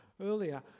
earlier